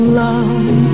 love